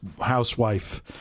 housewife